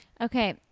Okay